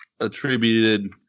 attributed